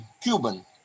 Cuban